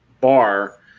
bar –